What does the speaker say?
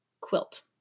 quilt